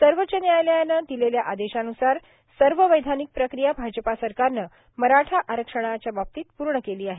सर्वोच्च न्यायालयाने दिलेल्या आदेशान्सार सर्व वैधानिक प्रक्रिया भाजपा सरकारने मराठा आरक्षणाच्या बाबतीत पूर्ण केली आहे